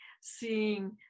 seeing